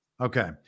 Okay